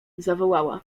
zawołała